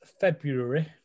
February